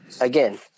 again